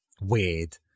weird